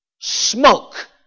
smoke